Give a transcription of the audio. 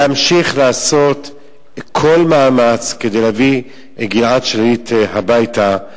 להמשיך לעשות כל מאמץ כדי להביא את גלעד שליט הביתה.